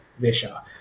Visha